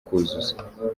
kuzuza